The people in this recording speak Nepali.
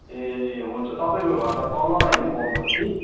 ए हुन्छ तपाईँको घर त तल होइन बमबस्ती